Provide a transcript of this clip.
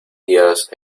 días